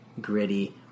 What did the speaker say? gritty